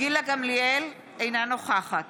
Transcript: אינה נוכחת